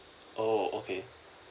oh okay